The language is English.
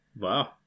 Wow